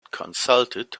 consulted